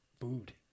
food